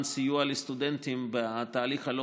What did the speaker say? אני כרגע עוד בתואר של השר המיועד להשכלה גבוהה,